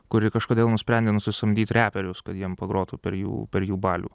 kuri kažkodėl nusprendė nusisamdyt reperius kad jiem pagrotų per jų per jų balių